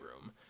room